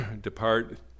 depart